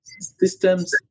systems